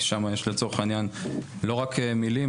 כי שם יש לצורך העניין לא רק מילים,